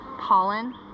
pollen